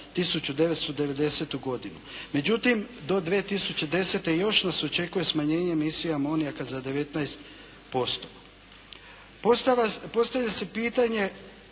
1990. godinu, međutim do 2010. još nas očekuje smanjenje emisija amonijaka za 19%. Postavlja se pitanje